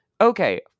Okay